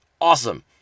awesome